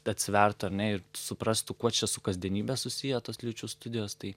atsivertų ar ne ir suprastų kuo čia su kasdienybe susiję tos lyčių studijos tai